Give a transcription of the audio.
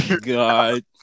God